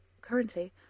currently—